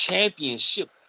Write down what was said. Championship